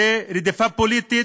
זו רדיפה פוליטית,